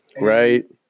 right